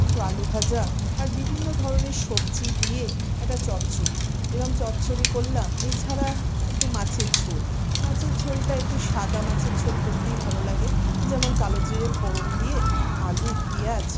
একটু আলু ভাজা আর বিভিন্ন ধরনের সবজি দিয়ে একটা চচ্চড়ি এরকম চচ্চড়ি করলাম এছাড়া একটু মাছের ঝোল মাছের ঝোলটা একটু সাদা মাছের ঝোল করতেই ভালো লাগে যেমন কালো জিরে ফোড়ন দিয়ে আলু পিঁয়াজ